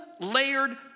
layered